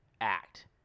act